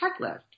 checklist